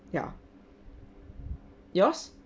ya yours